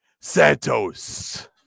Santos